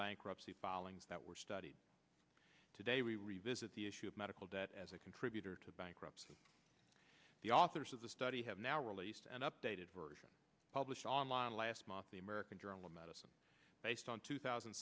bankruptcy filings that were studied today we revisit the issue of medical debt as a contributor to bankruptcy the authors of the study have now released an updated version published online last month the american journal of medicine based on two thousand